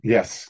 Yes